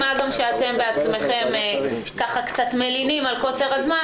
מה גם שאתם בעצמכם קצת מלינים על קוצר הזמן,